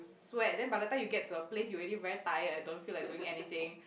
sweat then by the time you get to the place you already very tired don't feel like doing anything